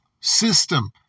system